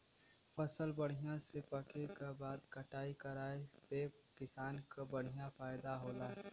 फसल बढ़िया से पके क बाद कटाई कराये पे किसान क बढ़िया फयदा होला